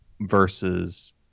versus